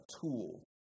tool